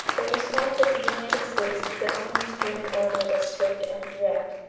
the response of the united states to the ominous german order was swift and direct.